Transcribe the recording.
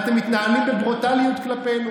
אתם מתנהלים בברוטליות כלפינו,